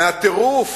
מהטירוף